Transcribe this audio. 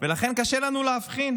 ולכן קשה לנו להבחין